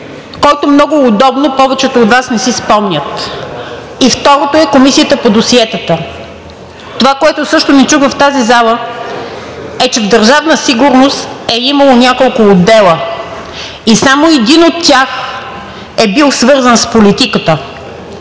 който много удобно повечето от Вас не си спомнят, и второто е Комисията по досиетата. Това, което също не чух в тази зала, е, че в Държавна сигурност е имало няколко отдела и само един от тях е бил свързан с политиката.